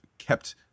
kept